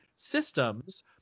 systems